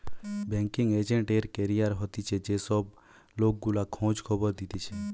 banking agent এর career হতিছে যে সব লোক গুলা খোঁজ খবর দিতেছে